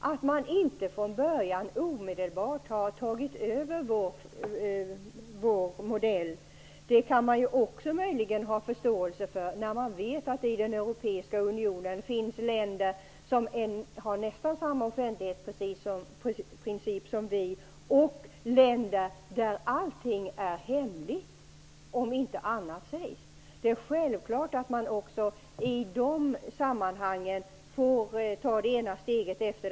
Att man inte omedelbart har tagit över vår modell kan man möjligen ha förståelse för när man vet att det i den europeiska unionen både finns länder som har nästan samma offentlighetsprincip som vi och länder där allting är hemligt om inget annat sägs. Det är självklart att man också i dessa sammanhang får ta ett steg i taget.